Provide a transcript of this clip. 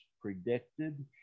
predicted